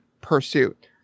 pursuit